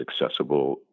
accessible